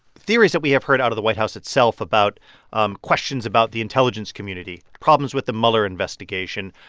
theories that we have heard out of the white house itself about um questions about the intelligence community, problems with the mueller investigation,